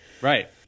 Right